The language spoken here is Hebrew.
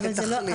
כתחליף.